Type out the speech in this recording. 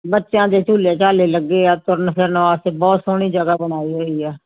ਬੱਚਿਆਂ ਦੇ ਝੂਲੇ ਝਾਲੇ ਲੱਗੇ ਆ ਤੁਰਨ ਫਿਰਨ ਵਾਸਤੇ ਬਹੁਤ ਸੋਹਣੀ ਜਗ੍ਹਾ ਬਣਾਈ ਹੋਈ ਆ